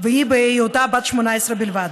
בהיותה בת 18 בלבד.